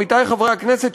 עמיתי חברי הכנסת,